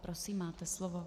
Prosím, máte slovo.